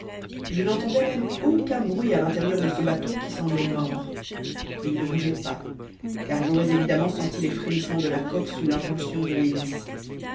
je n'entendais même aucun bruit à l'intérieur de ce bateau qui semblait mort il ne bougeait pas car j'aurais évidemment senti les frémissements de la coque sous l'impulsion de l'hélice